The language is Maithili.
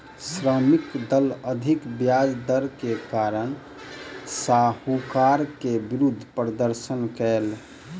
श्रमिकक दल अधिक ब्याज दर के कारण साहूकार के विरुद्ध प्रदर्शन कयलक